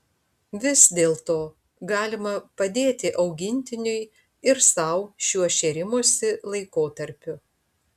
vis dėlto galima padėti augintiniui ir sau šiuo šėrimosi laikotarpiu